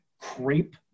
crepe